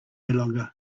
longer